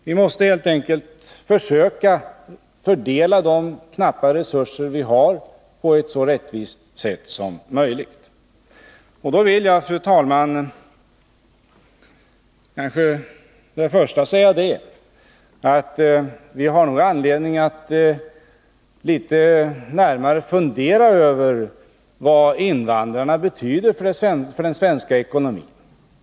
Vi måste helt enkelt försöka fördela de knappa resurser som vi har på ett så rättvist sätt som möjligt. Och då vill jag, fru talman, först säga att vi nog har anledning att fundera litet närmare över vad invandrarna betyder för den svenska ekonomin.